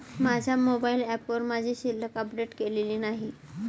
माझ्या मोबाइल ऍपवर माझी शिल्लक अपडेट केलेली नाही